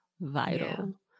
vital